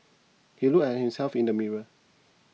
he looked at himself in the mirror